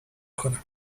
کنم